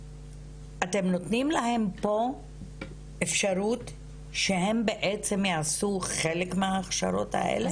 אתם נותנים להן פה אפשרות שהן בעצם יעשו חלק מההכשרות האלה?